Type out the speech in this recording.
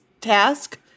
task